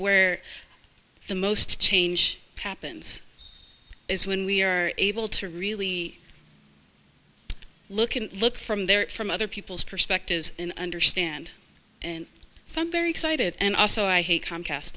where the most change happens is when we are able to really look and look from there from other people's perspectives and understand in some very excited and also i hate comcast